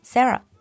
Sarah